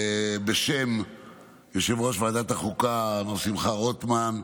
בשם יושב-ראש ועדת החוקה שמחה רוטמן,